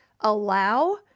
allow